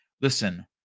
Listen